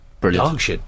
brilliant